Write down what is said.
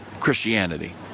Christianity